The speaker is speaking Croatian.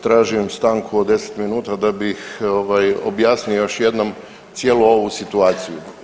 Tražim stanku od 10 minuta da bih ovaj objasnio još jednom cijelu ovu situaciju.